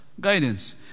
guidance